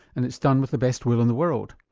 and it's done with the best will in the world.